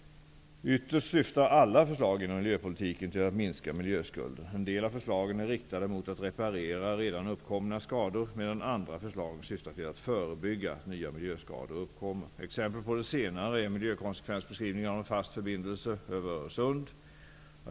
Ytterst syftar alla förslag inom miljöpolitiken till att minska miljöskulden. En del av förslagen är riktade mot att reparera redan uppkomna skador, medan andra förslag syftar till att förebygga att nya miljöskador uppkommer. Exempel på det senare är miljökonsekvensbeskrivningen av en fast förbindelse över Öresund.